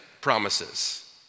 promises